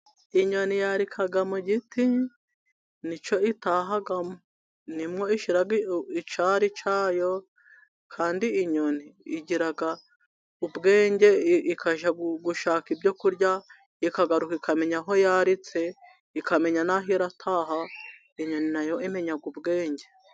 Inyoni yarika mu giti nicyo itahamo. Ni mwo ishyira icyari cyayo, kandi inyoni igira ubwenge, ikajya gushaka ibyo kurya, ikagaruka ikamenya aho yaritse, ikamenya n'aho irataha, inyoni na yo imenya ubwenge.